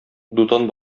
дутан